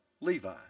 Levi